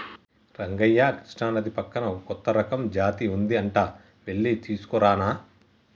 రంగయ్య కృష్ణానది పక్కన ఒక కొత్త రకం జాతి ఉంది అంట వెళ్లి తీసుకురానా